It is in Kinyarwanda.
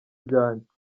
byanjye